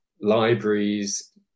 libraries